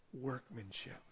workmanship